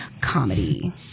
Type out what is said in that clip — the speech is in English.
comedy